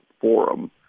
forum